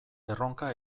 erronka